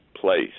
place